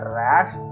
rash